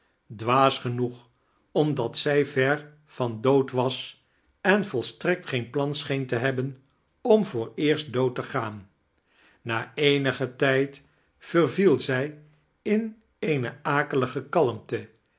dwaas genoeg omdat zij vex van dood was en volstrekt geen plan schieen te hebben om vooreerst dood te gaan na eenigen tijd verviel zij in eene akelige kalmte